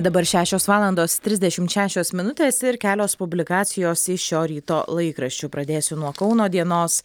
dabar šešios valandos trisdešimt šešios minutės ir kelios publikacijos iš šio ryto laikraščių pradėsiu nuo kauno dienos